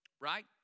Right